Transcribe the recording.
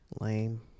Lame